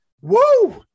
Woo